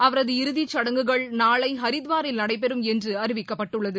அவரது இறுதிச்சடங்குகள் நாளை ஹரிதுவாரில் நடைபெறும் என்று அறிவிக்கப்பட்டுள்ளது